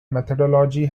methodology